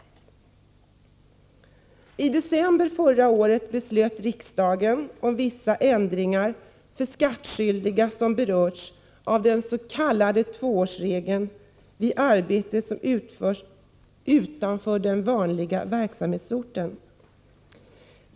I december förra året beslöt riksdagen om vissa ändringar för skattskyldiga som berörs av dens.k. tvåårsregeln vid arbete som utförs utanför den vanliga verksamhetsorten.